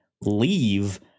leave